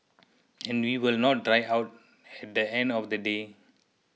and we will not die out at the end of the day